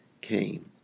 came